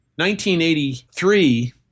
1983